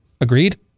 Agreed